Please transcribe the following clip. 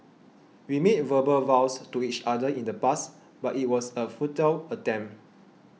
we made verbal vows to each other in the past but it was a futile attempt